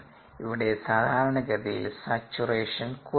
ഇവിടെ സാധാരണ ഗതിയിൽ സാച്ചുറേഷൻ കുറവാണ്